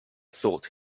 thought